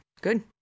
good